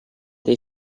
dei